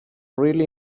really